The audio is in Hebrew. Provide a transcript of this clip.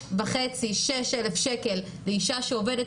5,500,6,000 שקלים לאישה שעובדת